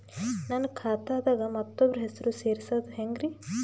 ನನ್ನ ಖಾತಾ ದಾಗ ಮತ್ತೋಬ್ರ ಹೆಸರು ಸೆರಸದು ಹೆಂಗ್ರಿ?